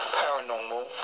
paranormal